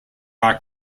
are